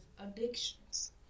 addictions